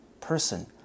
person